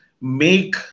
make